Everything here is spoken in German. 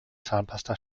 zahnpasta